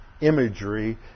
imagery